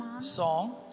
song